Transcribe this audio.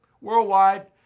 Worldwide